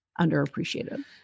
underappreciated